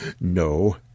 No